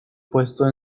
puesto